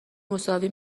مساوی